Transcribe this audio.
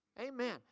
Amen